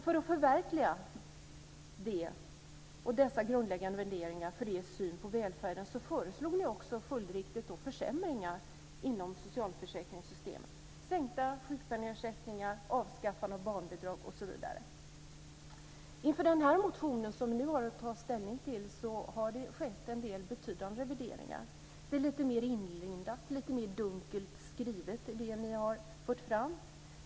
För att förverkliga det enligt era grundläggande värderingar och er syn på välfärden föreslog ni också följdriktigt försämringar inom socialförsäkringssystemet. Det var sänkta sjukpenningsersättningar, avskaffande av barnbidrag, osv. I den motion som vi nu har att ta ställning till har det skett en del betydande revideringar. Det ni har fört fram är lite mer inlindat och lite mer dunkelt skrivet.